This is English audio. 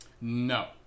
No